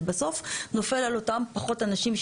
זה בסוף נופל על אותם פחות אנשים,